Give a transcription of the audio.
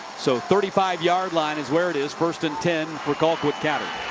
so thirty five yard line is where it is. first and ten for colquitt county.